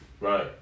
Right